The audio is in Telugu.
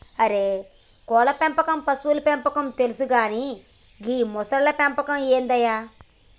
అరే కోళ్ళ పెంపకం పశువుల పెంపకం తెలుసు కానీ గీ మొసళ్ల పెంపకం ఏందయ్య